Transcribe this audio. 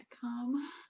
come